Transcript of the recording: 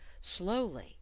slowly